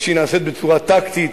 בצורה טקטית,